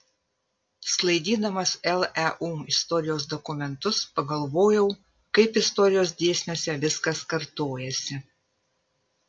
sklaidydamas leu istorijos dokumentus pagalvojau kaip istorijos dėsniuose viskas kartojasi